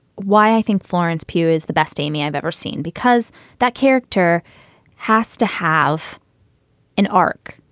why i think florence pugh is the best amy. i've ever seen, because that character has to have an arc,